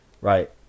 Right